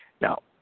Now